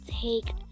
Take